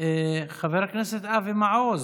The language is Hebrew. חבר הכנסת אבי מעוז,